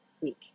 week